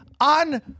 on